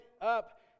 up